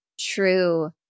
true